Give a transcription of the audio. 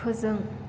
फोजों